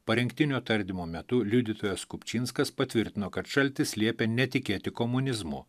parengtinio tardymo metu liudytojas kupčinskas patvirtino kad šaltis liepia netikėti komunizmu